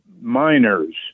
miners